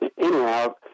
Anyhow